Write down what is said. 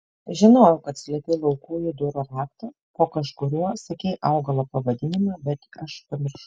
žinojau kad slepi laukujų durų raktą po kažkuriuo sakei augalo pavadinimą bet aš pamiršau